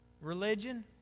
Religion